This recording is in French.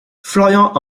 florian